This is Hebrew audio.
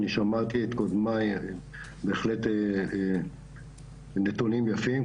אני שמעתי את קודמיי, בהחלט נתונים יפים.